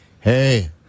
hey